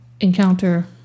encounter